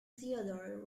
theodore